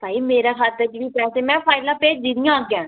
भाई मेरे खाते च बी पैसे में फाइलां भेज्जी दियां अग्गों